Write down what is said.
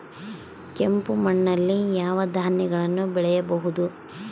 ಕೆಂಪು ಮಣ್ಣಲ್ಲಿ ಯಾವ ಧಾನ್ಯಗಳನ್ನು ಬೆಳೆಯಬಹುದು?